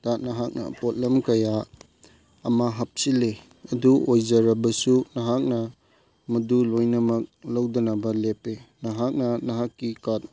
ꯇ ꯅꯍꯥꯛꯅ ꯄꯣꯠꯂꯝ ꯀꯌꯥ ꯑꯃ ꯍꯥꯞꯆꯤꯜꯂꯦ ꯑꯗꯨ ꯑꯣꯏꯖꯔꯕꯁꯨ ꯅꯍꯥꯛꯅ ꯃꯗꯨ ꯂꯣꯏꯅꯃꯛ ꯂꯧꯗꯅꯕ ꯂꯦꯞꯄꯦ ꯅꯍꯥꯛꯅ ꯅꯍꯥꯛꯀꯤ ꯀꯥꯔꯠ